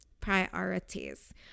Priorities